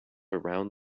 around